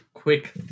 quick